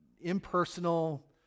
impersonal